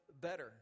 better